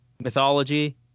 mythology